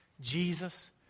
Jesus